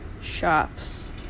shops